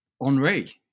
Henri